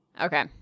Okay